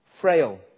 frail